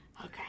Okay